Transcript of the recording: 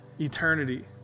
eternity